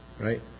right